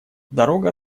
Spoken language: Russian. дорога